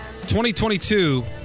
2022